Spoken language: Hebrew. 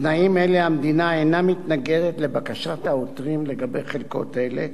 בתנאים האלה המדינה אינה מתנגדת לבקשת העותרים לגבי חלקות אלה,